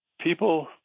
people